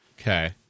Okay